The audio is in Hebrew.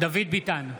דוד ביטן,